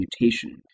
mutation